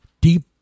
deep